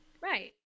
Right